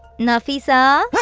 nafeesa!